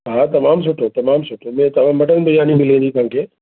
हा तमामु सुठो तमामु सुठो ॿियो त मटन बिरयानी मिली वेंदी तव्हांखे